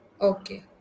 Okay